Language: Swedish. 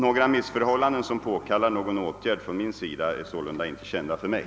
Några missförhållanden som påkallar någon åtgärd från min sida är sålunda inte kända för mig.